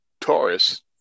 Taurus